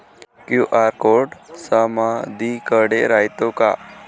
QR code समदीकडे रायतो का?